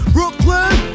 Brooklyn